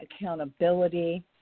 accountability